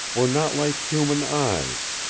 were not like human eyes,